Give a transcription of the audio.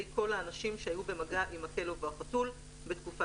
כל האנשים שהיו במגע עם הכלב או החתול בתקופת